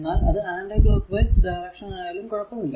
എന്നാൽ അത് anticlockwise ആയാലും കുഴപ്പമില്ല